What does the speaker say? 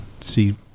see